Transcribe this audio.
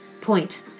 Point